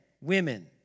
women